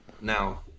now